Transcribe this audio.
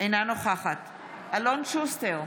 אינה נוכחת אלון שוסטר,